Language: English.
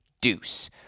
deuce